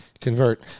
Convert